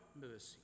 mercy